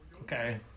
Okay